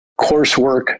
coursework